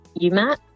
UMAT